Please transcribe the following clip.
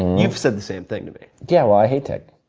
you've said the same thing to me. yeah, well, i hate tech.